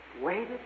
waited